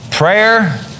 Prayer